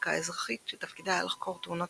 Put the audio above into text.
האווירונאוטיקה האזרחית שתפקידה היה לחקור תאונות